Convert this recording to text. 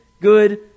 good